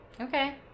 okay